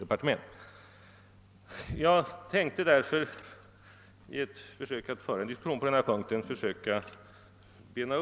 Dessutom drar han ofta in företag i dessa diskussioner som ligger utanför mitt departement.